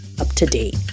up-to-date